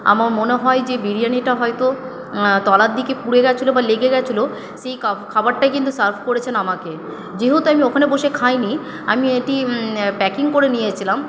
আমার মনে হয় যে বিরিয়ানিটা হয়তো তলার দিকে পুড়ে গেছিলো বা লেগে গেছিলো সেই খাবারটাই কিন্তু সার্ভ করেছেন আমাকে যেহেতু আমি ওখানে বসে খাইনি আমি এটি প্যাকিং করে নিয়েছিলাম